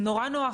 נורא נוח,